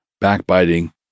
backbiting